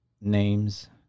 names